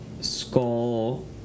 Skull